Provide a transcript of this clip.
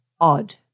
Odd